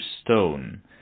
stone